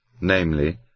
namely